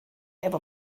efo